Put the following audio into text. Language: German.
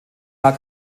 jahr